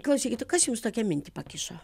klausykit o kas jums tokią mintį pakišo